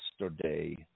yesterday